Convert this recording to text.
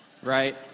Right